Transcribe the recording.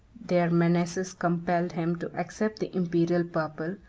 their menaces compelled him to accept the imperial purple,